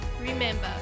remember